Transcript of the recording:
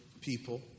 people